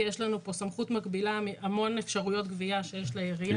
כי יש לנו פה סמכות מקבילה מהמון אפשרויות גבייה שיש לעירייה.